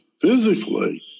physically